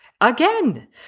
Again